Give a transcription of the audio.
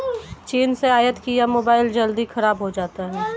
चीन से आयत किया मोबाइल जल्दी खराब हो जाता है